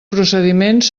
procediments